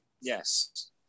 Yes